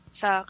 sa